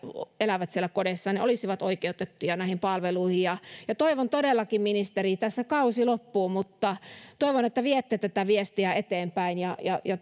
elävät siellä kodeissaan olisivat oikeutettuja näihin palveluihin todellakin ministeri tässä kausi loppuu mutta toivon että viette tätä viestiä eteenpäin ja